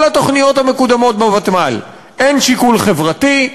התוכניות המקודמות בוותמ"ל: אין שיקול חברתי,